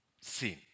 sin